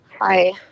Hi